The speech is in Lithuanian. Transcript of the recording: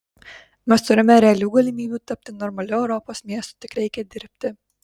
mes turime realių galimybių tapti normaliu europos miestu tik reikia dirbti